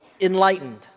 enlightened